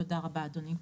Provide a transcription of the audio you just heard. תודה רבה, אדוני.